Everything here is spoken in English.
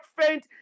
faint